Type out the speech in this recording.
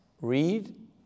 read